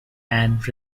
and